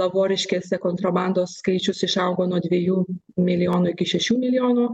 lavoriškėse kontrabandos skaičius išaugo nuo dviejų milijonų iki šešių milijonų